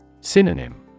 Synonym